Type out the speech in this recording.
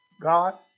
God